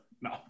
No